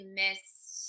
missed